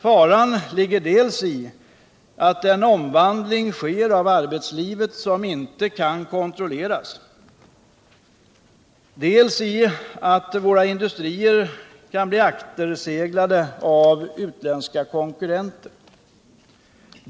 Faran ligger dels i att det sker en omvandling av arbetslivet som inte kan kontrolleras, dels i att våra industrier kan bli akterseglade av utländska konkurrenter.